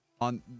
on